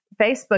Facebook